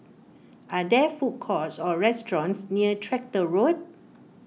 are there food courts or restaurants near Tractor Road